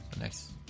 Nice